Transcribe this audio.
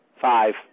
Five